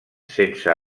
sense